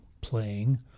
playing